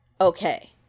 Okay